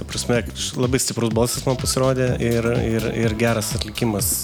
ta prasme labai stiprus balsas man pasirodė ir ir ir geras atlikimas